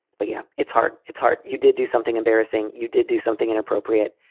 but yeah, it's hard. it's hard. you did do something embarrassing. you did do something inappropriate.